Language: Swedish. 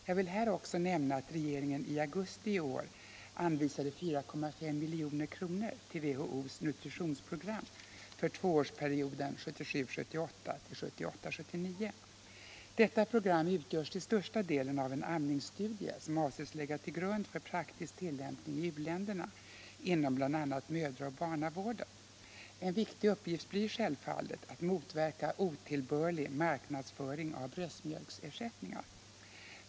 Jag vill här också nämna att regeringen i augusti i år anvisade 4,5 milj.kr. till WHO:s — nutritionsprogram för = tvåårsperioden 1977 79. Detta program utgörs till största delen av en amningsstudie, som avses ligga till grund för praktisk tillämpning i u-länderna inom bl.a. mödraoch barnavården. En viktig uppgift blir självfallet att motverka otillbörlig marknadsföring av bröstmjölksersättningar.